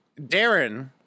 Darren